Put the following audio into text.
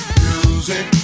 music